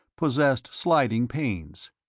possessed sliding panes.